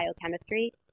biochemistry